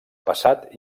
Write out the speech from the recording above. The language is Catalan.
passat